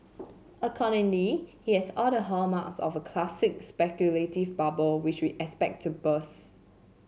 accordingly it has all the hallmarks of a classic speculative bubble which we expect to burst